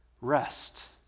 rest